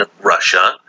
Russia